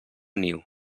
niu